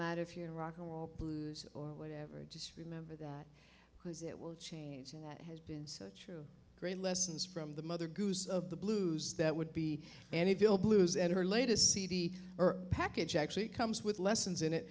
matter if you're a rock n roll blues or whatever just remember that because it will change and that has been such green lessons from the mother goose of the blues that would be any bill blues and her latest cd or package actually comes with lessons in it